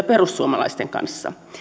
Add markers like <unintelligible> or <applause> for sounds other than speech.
<unintelligible> perussuomalaisten kanssa